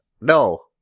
No